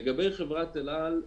לגבי חברת אל על,